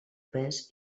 pes